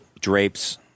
drapes